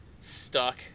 stuck